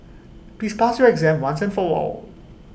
please pass your exam once and for all